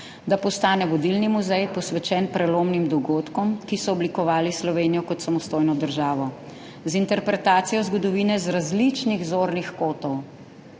»da postane vodilni muzej, posvečen prelomnim dogodkom, ki so oblikovali Slovenijo kot samostojno državo.« »Z interpretacijo zgodovine z različnih zornih kotov,«